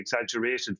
exaggerated